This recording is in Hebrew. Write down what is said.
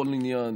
בכל עניין,